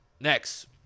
Next